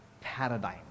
paradigm